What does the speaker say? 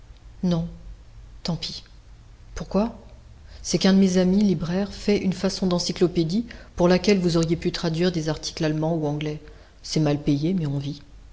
non tant pis pourquoi c'est qu'un de mes amis libraire fait une façon d'encyclopédie pour laquelle vous auriez pu traduire des articles allemands ou anglais c'est mal payé mais on vit